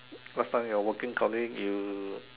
last time your working colleague you